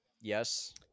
yes